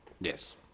yes